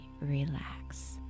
relax